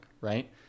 right